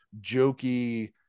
jokey